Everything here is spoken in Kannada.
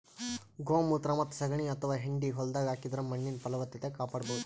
ಗೋಮೂತ್ರ ಮತ್ತ್ ಸಗಣಿ ಅಥವಾ ಹೆಂಡಿ ಹೊಲ್ದಾಗ ಹಾಕಿದ್ರ ಮಣ್ಣಿನ್ ಫಲವತ್ತತೆ ಕಾಪಾಡಬಹುದ್